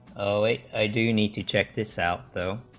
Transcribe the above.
like i do need to check this out so